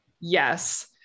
Yes